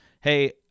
hey